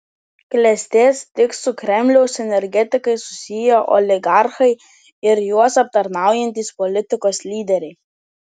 klestės tik su kremliaus energetikais susiję oligarchai ir juos aptarnaujantys politikos lyderiai